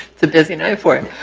it's a busy night for it.